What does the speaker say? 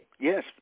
Yes